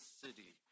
city